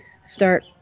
start